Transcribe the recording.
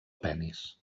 penis